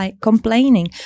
complaining